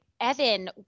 Evan